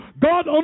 God